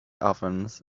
ovens